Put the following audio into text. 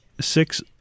six